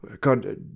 God